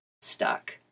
stuck